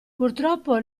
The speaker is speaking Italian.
purtroppo